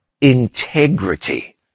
integrity